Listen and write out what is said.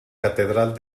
catedral